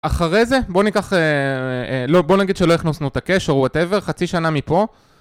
אחרי זה בואו ניקח, בואו נגיד שלא הכנוסנו את הקשר או וואטאבר, חצי שנה מפה